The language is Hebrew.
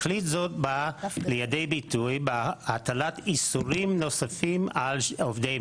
שחיתות היא שחיתות ויש לה משמעות מאוד ברורה.